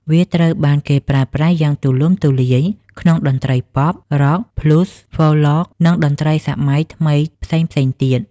វាត្រូវបានគេប្រើប្រាស់យ៉ាងទូលំទូលាយក្នុងតន្ត្រីប៉ុប រ៉ុក ប៊្លូស៍ ហ្វូលក និងតន្ត្រីសម័យថ្មីផ្សេងៗទៀត។